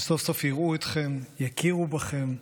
שסוף- סוף יראו אתכם, יכירו בכם,